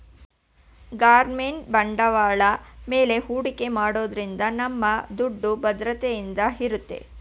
government ಬಾಂಡ್ಗಳ ಮೇಲೆ ಹೂಡಿಕೆ ಮಾಡೋದ್ರಿಂದ ನಮ್ಮ ದುಡ್ಡು ಭದ್ರತೆಯಿಂದ ಇರುತ್ತೆ